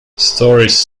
stories